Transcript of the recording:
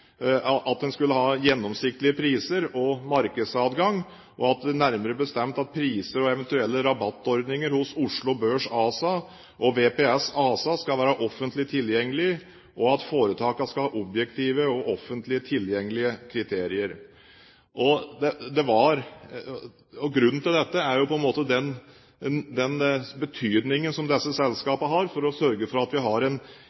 at en skulle ha gjennomsiktige priser og markedsadgang, nærmere bestemt at priser og eventuelle rabattordninger hos Oslo Børs ASA og VPS ASA skal være offentlig tilgjengelige, og at foretakene skal ha objektive og offentlig tilgjengelige kriterier. Grunnen til dette er den betydningen som disse selskapene har for å sørge for at vi har en